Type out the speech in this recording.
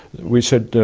we said,